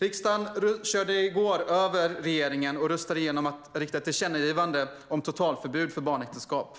Riksdagen körde i går över regeringen och riktade ett tillkännagivande om totalförbud mot barnäktenskap.